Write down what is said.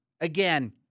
Again